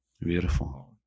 Beautiful